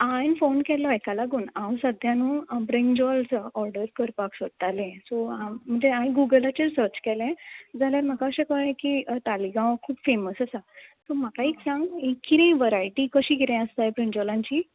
हांवें फॉन केल्लो हेका लागून हांव सद्द्या न्हू ब्रिनजोल्स ओर्डर करपाक सोदतालें सो हांव म्हणजे हांवें गुगलाचेर सर्च केलें जाल्यार म्हाका अशें कळ्ळें की तालिगांव खूब फॅमस आसा सो म्हाका एक सांग कितें वराय्टी कशें कितें आसत्या ह्या ब्रिन्जॉलांची